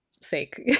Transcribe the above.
sake